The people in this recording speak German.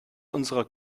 unserer